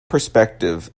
perspective